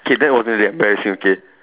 okay that wasn't really embarrassing okay